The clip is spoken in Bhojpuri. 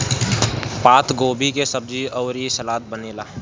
पातगोभी के सब्जी अउरी सलाद बनेला